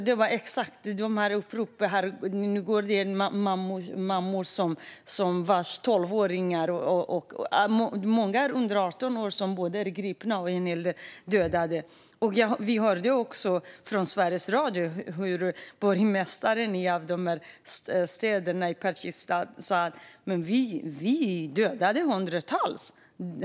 Det var alltså mammor till 12åringar och många andra under 18 år som blivit gripna. En hel del har dödats. Vi hörde också i Sveriges Radio hur borgmästaren i en av de här städerna sa att man hade dödat hundratals.